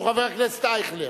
הוא חבר הכנסת אייכלר.